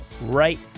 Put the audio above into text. right